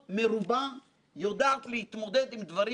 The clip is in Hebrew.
לומר לך תודה ולכל צוות העובדים.